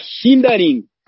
hindering